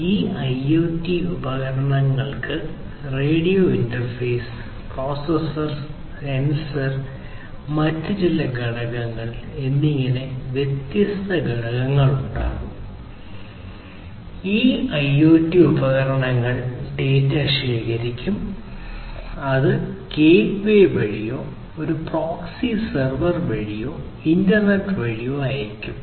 ഈ IoT ഉപകരണങ്ങൾക്ക് radio interface processor sensor വഴിയോ ഇന്റർനെറ്റ് വഴിയോ അയയ്ക്കും